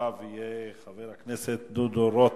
אחריו יהיה חבר הכנסת דודו רותם.